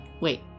Wait